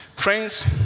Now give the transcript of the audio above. Friends